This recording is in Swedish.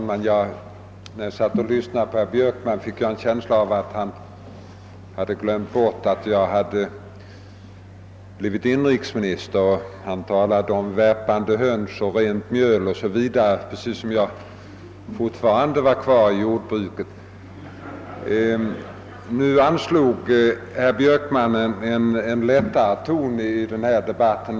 Herr talman! När jag lyssnade till herr Björkman fick jag en känsla av att han hade glömt bort att jag har blivit inrikesminister; han talade om värpande höns och rent mjöl precis som om jag fortfarande vore kvar inom jordbruket. Herr Björkman anslog en lättare ton än de övriga i denna debatt.